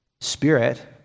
spirit